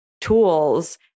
tools